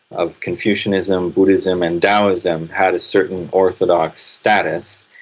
of confucianism, buddhism and daoism had a certain orthodox status,